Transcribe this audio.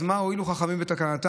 אז מה הועילו חכמים בתקנתם?